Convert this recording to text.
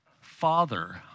Father